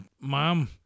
Mom